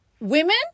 Women